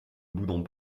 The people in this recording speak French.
boudons